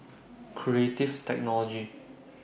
Creative Technology